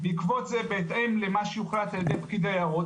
בעקבות זה ובהתאם למה שהוחלט על ידי פקיד היערות,